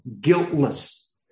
guiltless